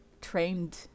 trained